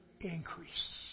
Increase